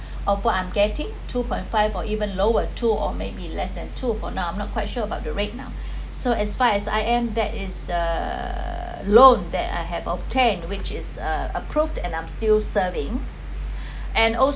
of what I'm getting two point five or even lower two or maybe less than two for now I'm not quite sure about the rate now so as far as I am that is uh loan that I have obtained which is uh approved and I'm still serving and also